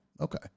Okay